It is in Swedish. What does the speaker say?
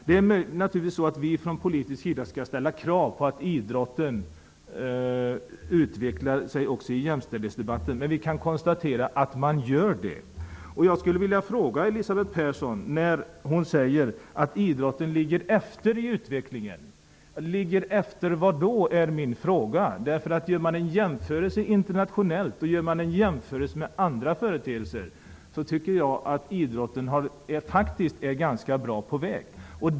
Vi politiker skall naturligtvis ställa krav på att idrotten utvecklar sig också i fråga om jämställdhet, men det gör den. Elisabeth Persson säger att idrotten ligger efter i utvecklingen. Jag vill då fråga: Vad ligger den efter? Jämfört med andra länder och med andra företeelser är idrotten på god väg.